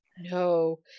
No